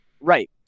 Right